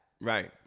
Right